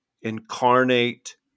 incarnate